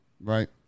Right